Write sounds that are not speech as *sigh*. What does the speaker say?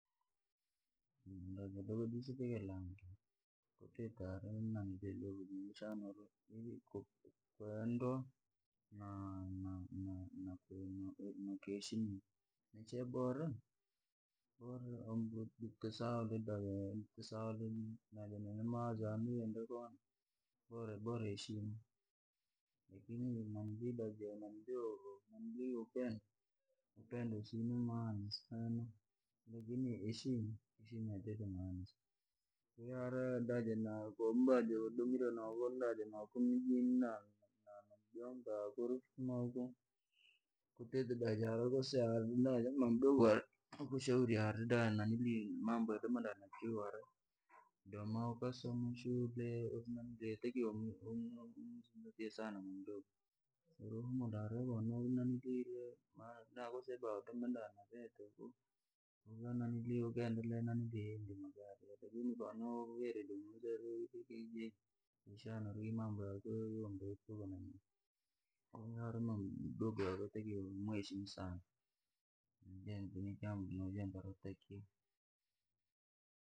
Ja luga jisuja kilangi, jatite shanauri upendo na keeshimiwa, cheboru boratisaule najanini mawazo yane bora heshima, lakini na jaupendo usina maana sana. lakini heshima yarite maana sana jawamire noko *unintelligible* urifuma, uko kwatite jahara kusea kwamamdogo kushauriare danimumbo ya doma na chuo harade, ukasoma shule wetakiwa urihumulahara akusee udome, bakitetovi ukaendalea shanauri mambo yako yoyumba mamdogo wotakiwa umweshimu sana.